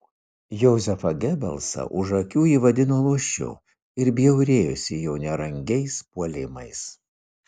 jozefą gebelsą už akių ji vadino luošiu ir bjaurėjosi jo nerangiais puolimais